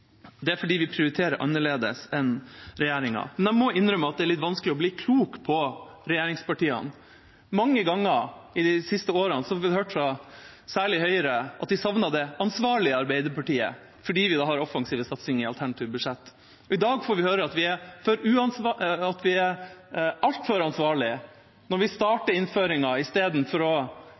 Det er fordi vi prioriteter annerledes enn regjeringa. Men jeg må innrømme at det er litt vanskelig å bli klok på regjeringspartiene. Mange ganger i de siste årene har vi hørt særlig fra Høyre at de savner det ansvarlige Arbeiderpartiet fordi vi har offensive satsinger i alternative budsjett. I dag får vi høre at vi er altfor ansvarlige, når vi starter innføringen istedenfor å innføre f.eks. gratis skolemat over natta i alle landets skoler. Jeg synes det er vanskelig å